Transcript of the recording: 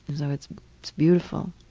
so it's beautiful.